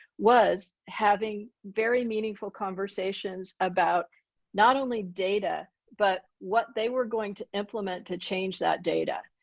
was having very meaningful conversations about not only data, but what they were going to implement to change that data.